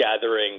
gathering